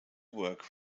work